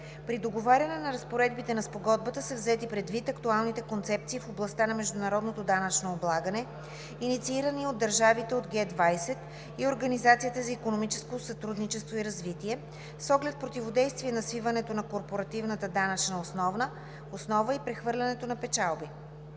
При договаряне на разпоредбите на спогодбата са взети предвид актуалните концепции в областта на международното данъчно облагане, инициирани от държавите от Г-20 и Организацията за икономическо сътрудничество и развитие, с оглед противодействие на свиването на корпоративната данъчна основа и прехвърлянето на печалби.